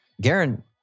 Garen